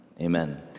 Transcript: Amen